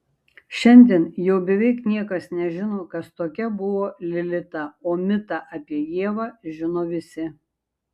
šiandien jau beveik niekas nežino kas tokia buvo lilita o mitą apie ievą žino visi